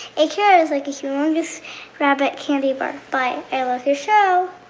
a carrot is like a humongous rabbit candy bar. bye. i love your show